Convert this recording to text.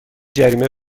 جریمه